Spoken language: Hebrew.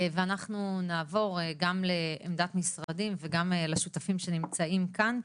אנחנו נעבור גם לעמדת המשרדים וגם לשותפים שנמצאים כאן.